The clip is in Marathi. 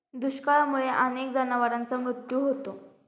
दुष्काळामुळे अनेक जनावरांचा मृत्यू होतो